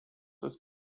ist